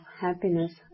happiness